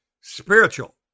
spiritual